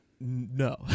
No